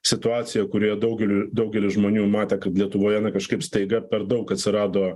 situacija kurioje daugeliui daugelis žmonių matė kad lietuvoje na kažkaip staiga per daug atsirado